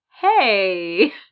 hey